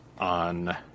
on